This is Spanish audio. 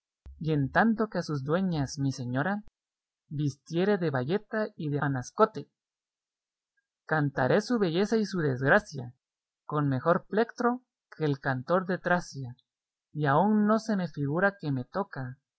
y en tanto que a sus dueñas mi señora vistiere de bayeta y de anascote cantaré su belleza y su desgracia con mejor plectro que el cantor de tracia y aun no se me figura que me toca